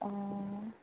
অঁ